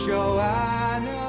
Joanna